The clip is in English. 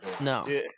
No